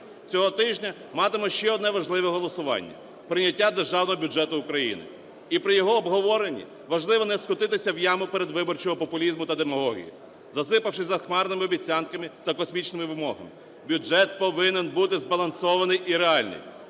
Цього тижня матимемо ще одне важливе голосування – прийняття Державного бюджету України. І при його обговоренні важливо не скотитися в яму передвиборчого популізму та демагогії, засипавши захмарними обіцянками та космічними вимогами. Бюджет повинен бути збалансований і реальний,